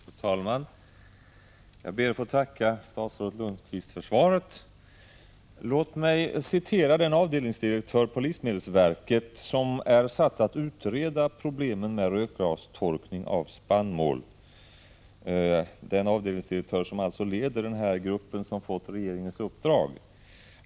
Fru talman! Jag ber att få tacka statsrådet Lundkvist för svaret. Låt mig citera den avdelningsdirektör på livsmedelsverket som är satt att leda den grupp som fått regeringens uppdrag att utreda problemen med rökgastorkning av spannmål.